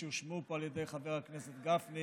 שהושמעו פה על ידי חבר הכנסת גפני